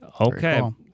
Okay